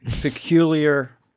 Peculiar